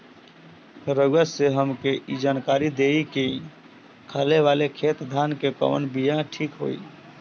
रउआ से हमके ई जानकारी देई की खाले वाले खेत धान के कवन बीया ठीक होई?